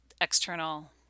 external